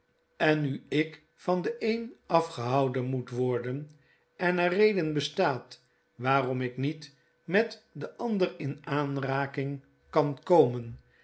en nu ik van den een afgehouden moet worden en er reden bestaat waarom ik niet met den ander in aanraking kan komen